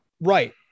Right